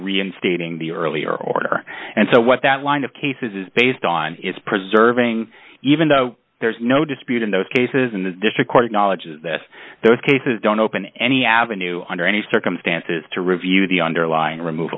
reinstating the earlier order and so what that line of cases is based on is preserving even though there is no dispute in those cases and the district court acknowledges this those cases don't open any avenue under any circumstances to review the underlying remov